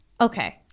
okay